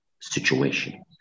situation